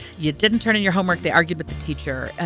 you didn't turn in your homework. they argued with the teacher.